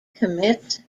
commits